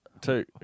Two